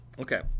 Okay